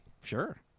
Sure